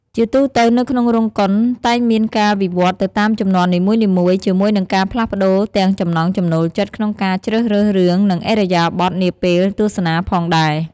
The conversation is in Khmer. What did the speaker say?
ជាទូរទៅនៅក្នុងរោងកុនតែងមានការវិវត្តន៍ទៅតាមជំនាន់នីមួយៗ ជាមួយនឹងការផ្លាស់ប្ដូរទាំងចំណង់ចំណូលចិត្តក្នុងការជ្រើសរើសរឿង និងឥរិយាបថនាពេលទស្សនាផងដែរ ។